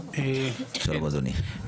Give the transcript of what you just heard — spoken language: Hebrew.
שלום אדוני.